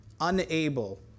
unable